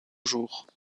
jours